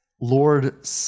Lord